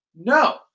No